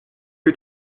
que